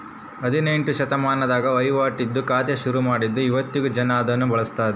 ಹದಿನೆಂಟ್ನೆ ಶತಮಾನದಾಗ ವಹಿವಾಟಿಂದು ಖಾತೆ ಶುರುಮಾಡಿದ್ರು ಇವತ್ತಿಗೂ ಜನ ಅದುನ್ನ ಬಳುಸ್ತದರ